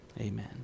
Amen